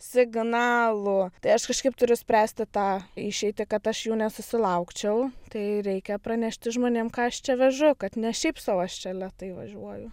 signalų tai aš kažkaip turiu spręsti tą išeitį kad aš jų nesusilaukčiau tai reikia pranešti žmonėm ką aš čia vežu kad ne šiaip sau aš čia lėtai važiuoju